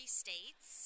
states